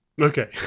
Okay